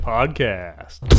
Podcast